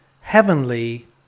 heavenly